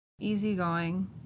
easygoing